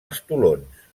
estolons